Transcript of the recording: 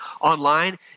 online